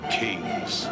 kings